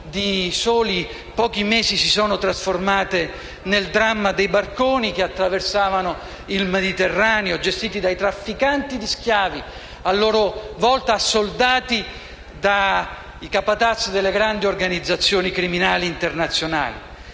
di soli pochi mesi si sono trasformate nel dramma dei barconi che attraversavano il Mediterraneo, gestiti dai trafficanti di schiavi, a loro volta assoldati dai capataz delle grandi organizzazioni criminali internazionali.